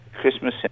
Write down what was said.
Christmas